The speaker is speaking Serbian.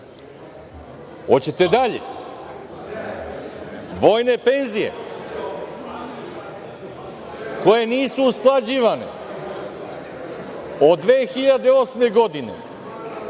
Hoćete dalje? Vojne penzije koje nisu usklađivane od 2008. godine